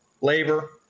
labor